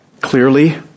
clearly